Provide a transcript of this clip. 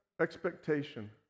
expectation